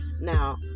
Now